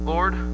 Lord